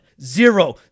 zero